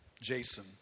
Jason